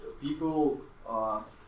people